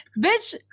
Bitch